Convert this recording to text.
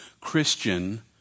Christian